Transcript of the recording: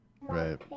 right